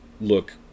look